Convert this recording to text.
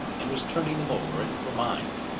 and was turning them over in her mind,